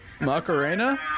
Macarena